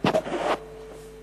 לסגנית מזכיר הכנסת,